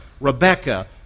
Rebecca